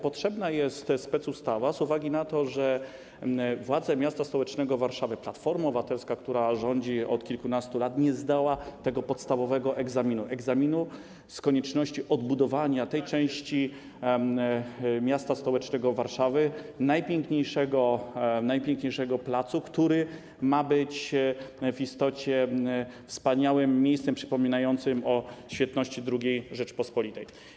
Potrzebna jest specustawa z uwagi na to, że władze miasta stołecznego Warszawy, Platforma Obywatelska, która rządzi tu od kilkunastu lat, nie zdały tego podstawowego egzaminu - egzaminu z konieczności odbudowania tej części miasta stołecznego Warszawy, najpiękniejszego placu, który ma być w istocie wspaniałym miejscem przypominającym o świetności II Rzeczypospolitej.